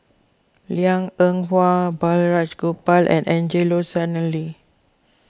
Liang Eng Hwa Balraj Gopal and Angelo Sanelli